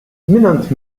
mingħand